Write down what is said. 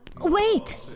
wait